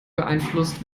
beeinflusst